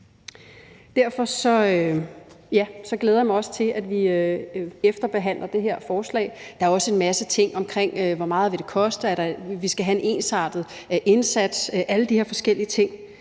Derfor glæder jeg mig også til, at vi efterbehandler det her forslag. Der er også en masse ting omkring, hvor meget det vil koste, at vi skal have en ensartet indsats, alle de her forskellige ting.